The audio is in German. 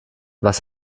was